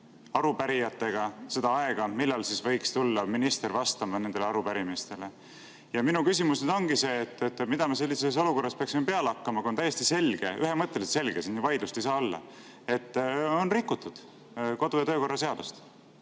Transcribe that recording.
arupärijatega seda aega, millal võiks tulla minister vastama nendele arupärimistele. Minu küsimus nüüd ongi see: mida me sellises olukorras peaksime peale hakkama, kui on täiesti selge – ühemõtteliselt selge, siin vaidlust ei saa olla –, et on rikutud kodu- ja töökorra seadust?